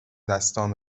دستان